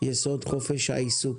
יסוד חופש העיסוק.